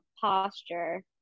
posture